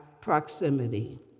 proximity